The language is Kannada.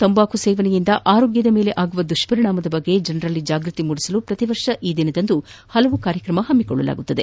ತಂಬಾಕು ಸೇವನೆಯಿಂದ ಆರೋಗ್ಯದ ಮೇಲೆ ಆಗುವ ದುಷ್ಪರಿಣಾಮಗಳ ಕುರಿತು ಜನರಲ್ಲಿ ಜಾಗೃತಿ ಮೂಡಿಸಲು ಪ್ರತಿ ವರ್ಷ ಈ ದಿನದಂದು ಹಲವು ಕಾರ್ಯಕ್ರಮಗಳನ್ನು ಹಮ್ಮಿಕೊಳ್ಳಲಾಗುತ್ತದೆ